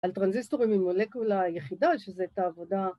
‫על טרנזיסטורים עם מולקולה יחידה, ‫שזו הייתה עבודה